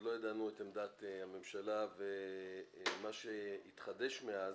לא ידענו את עמדת הממשלה ומה שהתחדש מאז,